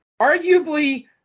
Arguably